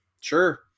Sure